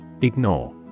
Ignore